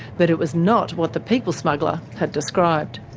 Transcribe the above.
but it was not what the people smuggler had described.